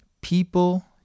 People